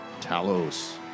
Talos